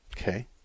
Okay